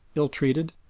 ill-treated,